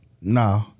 Nah